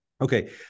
Okay